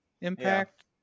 impact